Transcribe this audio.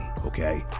Okay